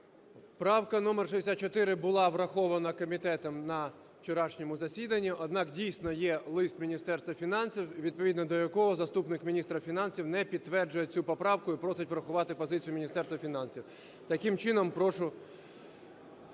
Правка номер 64 була врахована комітетом на вчорашньому засіданні. Однак, дійсно, є лист Міністерства фінансів, відповідно до якого заступник міністра фінансів не підтверджує цю поправку і просить врахувати позицію Міністерства фінансів. Таким чином, прошу